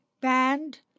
band